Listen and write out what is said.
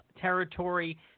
Territory